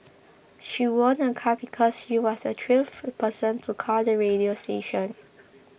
she won a car because she was the twelfth person to call the radio station